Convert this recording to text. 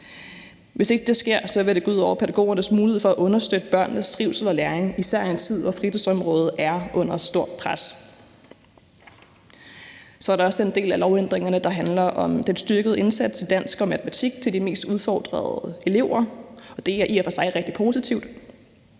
Hvis ikke det sker, vil det gå ud over pædagogernes mulighed for at understøtte børnenes trivsel og læring, især i en tid, hvor fritidsområdet er under stort pres. Så er der også den del af lovændringerne, der handler om den styrkede indsats i dansk og matematik til de mest udfordrede elever, og det er i og for sig rigtig positivt.